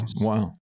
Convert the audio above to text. Wow